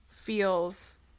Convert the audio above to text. feels